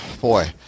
boy